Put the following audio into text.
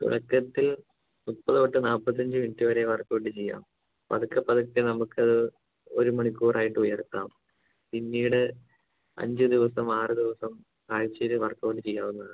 തുടക്കത്തിൽ മുപ്പത് തൊട്ട് നാൽപ്പത്തഞ്ച് മിനിറ്റ് വരെ വർക്കൗട്ട് ചെയ്യാം പതുക്കെ പതുക്കെ നമുക്ക് ഒരു മണിക്കൂറായിട്ട് ഉയർത്താം പിന്നീട് അഞ്ച് ദിവസം ആറ് ദിവസം ആഴ്ച്ചയിൽ വർക്കൗട്ട് ചെയ്യാവുന്നതാണ്